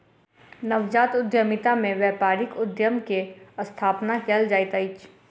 नवजात उद्यमिता में व्यापारिक उद्यम के स्थापना कयल जाइत अछि